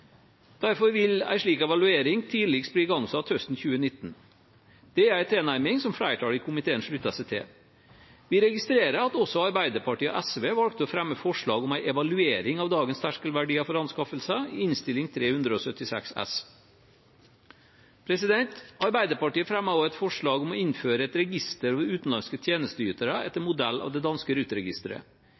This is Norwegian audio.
Derfor vil en slik evaluering tidligst bli igangsatt høsten 2019. Det er en tilnærming som flertallet i komiteen slutter seg til. Vi registrerer at også Arbeiderpartiet og SV valgte å fremme forslag om en evaluering av dagens terskelverdier for anskaffelser i Innst. 376 S for 2018–2019. Arbeiderpartiet fremmet også et forslag om å innføre et register over utenlandske tjenesteytere, etter modell av det danske